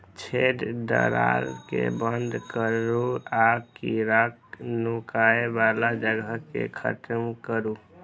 छेद, दरार कें बंद करू आ कीड़ाक नुकाय बला जगह कें खत्म करू